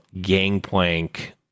gangplank